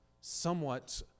somewhat